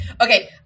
Okay